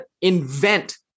invent